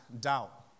doubt